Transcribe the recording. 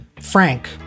Frank